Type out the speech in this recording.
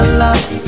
love